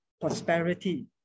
prosperity